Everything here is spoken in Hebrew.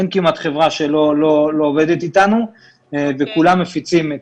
אין כמעט חברה שלא עובדת איתנו וכולם מפיצים את